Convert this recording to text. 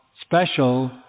special